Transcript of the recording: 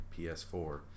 PS4